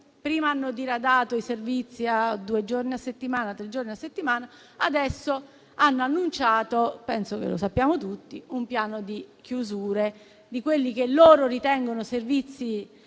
prima hanno diradato i servizi a due giorni o tre a settimana, adesso hanno annunciato, come penso sappiamo tutti, un piano di chiusura di quelli che ritengono servizi